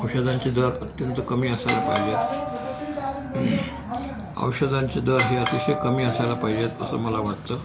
औषधांचे दर अत्यंत कमी असायला पाहिजेत औषधांचे दर हे अतिशय कमी असायला पाहिजेत असं मला वाटतं